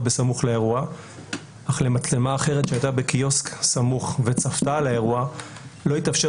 בסמוך לאירוע אך למצלמה אחרת שהייתה בקיוסק סמוך וצפתה על האירוע לא התאפשר